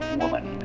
woman